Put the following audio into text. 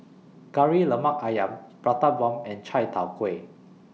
Kari Lemak Ayam Prata Bomb and Chai Tow Kway